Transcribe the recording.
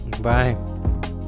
Bye